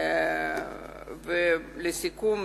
לסיכום,